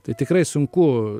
tai tikrai sunku